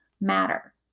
matter